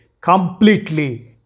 completely